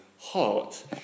hot